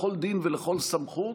לכל דין ולכל סמכות,